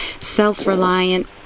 self-reliant